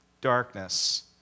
darkness